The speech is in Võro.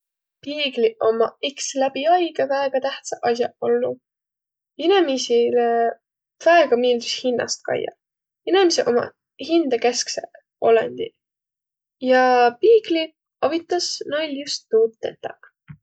Piigliq ommaq iks läbi aigõ väega tähtsäq as'aq olnuq. Inemiisile väega miildüs hinnäst kaiaq. Inemiseq ommaq hindäkeskseq olõndiq ja piigli avitas nail just tuud tetäq.